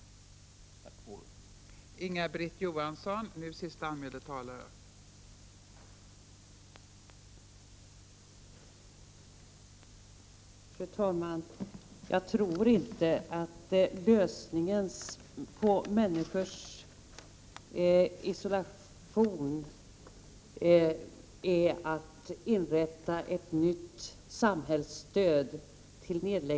Tack för ordet.